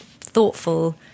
thoughtful